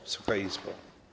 Wysoka Izbo!